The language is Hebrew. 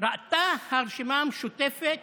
ראתה הרשימה המשותפת